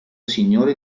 signore